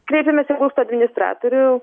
kreipėmės į būsto administratorių